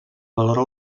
valora